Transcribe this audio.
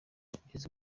kugeza